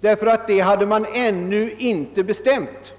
ty det hade man ännu inte bestämt.